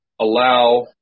allow